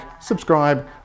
subscribe